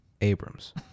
Abrams